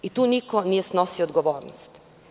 Tu niko nije snosio odgovornost.